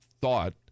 thought